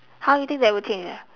how you think that would change ah